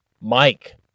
Mike